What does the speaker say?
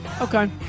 Okay